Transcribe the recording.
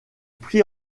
prit